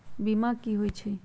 बीमा कि होई छई?